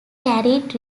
carried